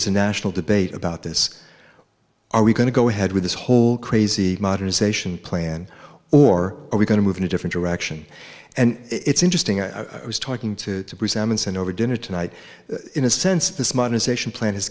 is a national debate about this are we going to go ahead with this whole crazy modernization plan or are we going to move in a different direction and it's interesting i was talking to resentments and over dinner tonight in a sense this month station plan has